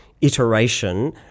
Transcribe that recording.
iteration